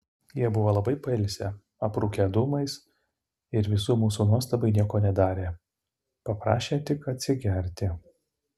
jie buvo labai pailsę aprūkę dūmais ir visų mūsų nuostabai nieko nedarė paprašė tik atsigerti